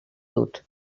dut